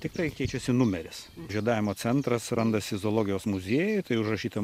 tiktai keičiasi numeris žiedavimo centras randasi zoologijos muziejuj tai užrašyta